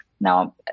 Now